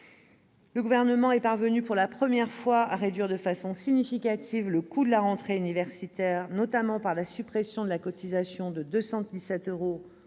Le Gouvernement est parvenu, pour la première fois, à réduire de manière significative le coût de la rentrée universitaire, notamment par la suppression de la cotisation de 217 euros